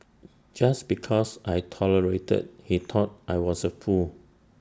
just because I tolerated he thought I was A fool